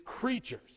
creatures